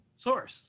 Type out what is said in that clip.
source